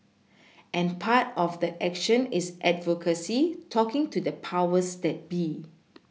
and part of that action is advocacy talking to the powers that be